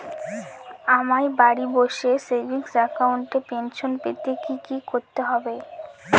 আমায় বাড়ি বসে সেভিংস অ্যাকাউন্টে পেনশন পেতে কি কি করতে হবে?